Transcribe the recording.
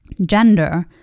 gender